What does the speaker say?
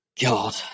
God